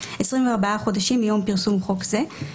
24 חודשים מיום פרסום חוק זה,